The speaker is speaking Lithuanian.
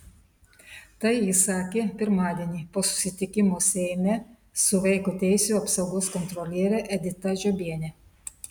tai jis sakė pirmadienį po susitikimo seime su vaiko teisių apsaugos kontroliere edita žiobiene